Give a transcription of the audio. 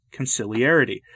conciliarity